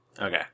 Okay